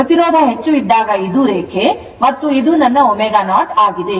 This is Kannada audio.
ಪ್ರತಿರೋಧ ಹೆಚ್ಚು ಇದ್ದಾಗ ಇದು ರೇಖೆ ಮತ್ತು ಇದು ನನ್ನ ω0 ಆಗಿದೆ